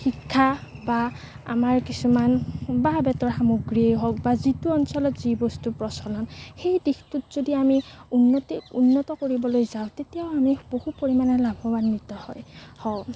শিক্ষা বা আমাৰ কিছুমান বাঁহ বেতৰ সামগ্ৰীয়ে হওক বা যিটো অঞ্চলত যি বস্তু প্ৰচলন সেই দিশটোত যদি আমি উন্নতি উন্নত কৰিবলৈ যাওঁ তেতিয়া আমি বহু পৰিমাণে লাভান্ৱিত হয় হওঁ